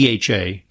DHA